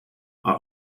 are